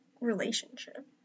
relationship